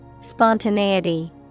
Spontaneity